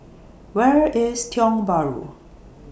Where IS Tiong Bahru